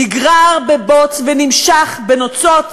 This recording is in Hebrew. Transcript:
נגרר בבוץ משוח בזפת ונוצות